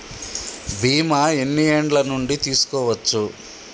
బీమా ఎన్ని ఏండ్ల నుండి తీసుకోవచ్చు?